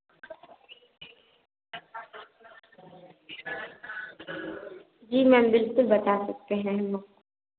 जी ma'am बिल्कुल बता सकते हैं हम लोग